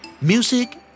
music